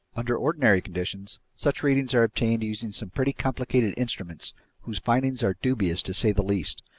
under ordinary conditions, such readings are obtained using some pretty complicated instruments whose findings are dubious to say the least,